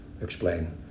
explain